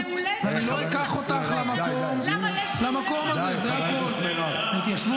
אני לא אקח אותך למקום הזה, זה הכול -- מירב, די.